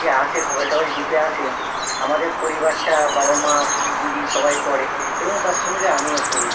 যে আসে খবরের কাগজ দিতে আসে আমাদের পরিবারটা বাবা মা দিদি সবাই পড়ে এবং তার সঙ্গে আমিও পড়ি